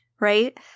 Right